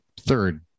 Third